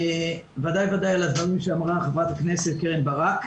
בוודאי בוודאי על הדברים שאמרה חברת הכנסת קרן ברק.